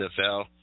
NFL